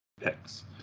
picks